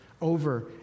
over